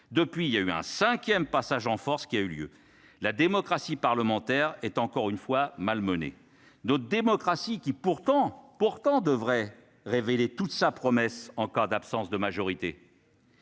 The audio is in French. depuis il y a eu un 5ème passage en force qui a eu lieu la démocratie parlementaire est encore une fois malmené, d'autres démocraties qui, pourtant, pourtant, devrait révéler toute sa promesse en cas d'absence de majorité.